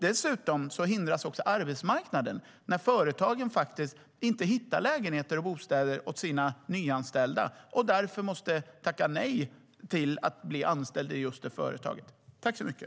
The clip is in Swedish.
Dessutom hindras arbetsmarknaden när företagen inte hittar bostäder åt sina nyanställda, som då tvingas tacka nej till att bli anställda i just det företaget.